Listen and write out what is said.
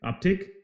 uptick